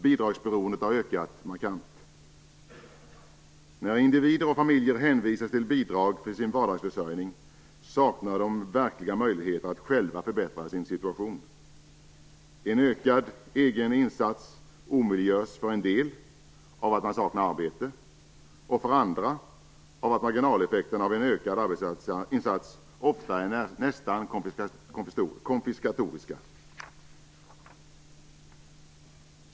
Bidragsberoendet har ökat markant. När individer och familjer hänvisas till bidrag för sin vardagsförsörjning saknar de verkliga möjligheter att själva förbättra sin situation. En ökad egen insats omöjliggörs för en del av att de saknar arbete och för andra av att marginaleffekterna av en ökad arbetsinsats ofta är nästan konfiskatoriska.